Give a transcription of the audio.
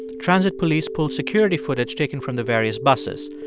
transit police pulled security footage taken from the various buses.